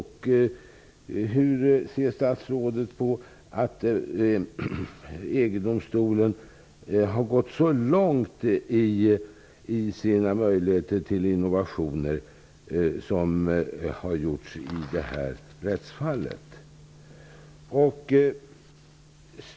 Hur ser statsrådet på att EG domstolen har gått så långt i sina möjligheter till innovationer som man har gjort i det här rättsfallet?